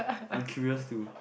I'm curious too